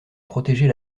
protéger